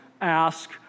ask